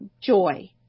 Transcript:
joy